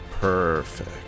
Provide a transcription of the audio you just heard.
Perfect